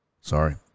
sorry